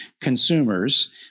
consumers –